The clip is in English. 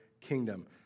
kingdom